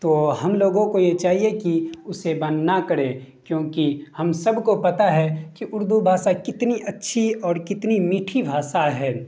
تو ہم لوگوں کو یہ چاہیے کہ اسے بن نہ کرے کیونکہ ہم سب کو پتہ ہے کہ اردو بھاشا کتنی اچھی اور کتنی میٹھی بھاشا ہے